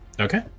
Okay